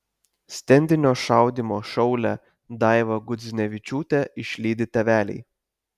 stendinio šaudymo šaulę daivą gudzinevičiūtę išlydi tėveliai